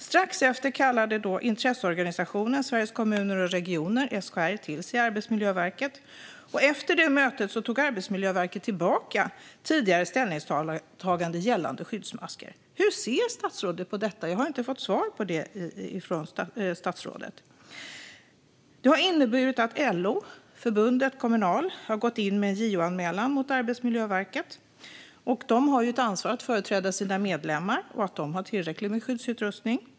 Strax därefter kallade intresseorganisationen Sveriges Kommuner och Regioner, SKR, till sig Arbetsmiljöverket, och efter detta möte tog Arbetsmiljöverket tillbaka sitt tidigare ställningstagande gällande skyddsmasker. Hur ser statsrådet på detta? Jag har inte fått svar på det från statsrådet. Detta har inneburit att LO och Kommunal har gått in med en JO-anmälan mot Arbetsmiljöverket. De har ju ett ansvar att företräda sina medlemmar och för att dessa har tillräckligt med skyddsutrustning.